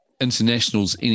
internationals